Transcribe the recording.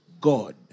God